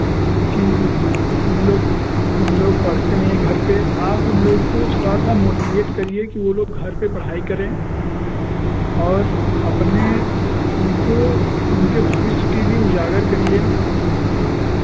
कि इन लोग इन लोग पढ़ते नहीं घर पर आप इन लोग को थोड़ा सा मोटिवेट करिए कि वह लोग घर पर पढ़ाई करें और अपने उनको उनके भविष्य के लिए उजागर करिए